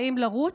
האם לרוץ,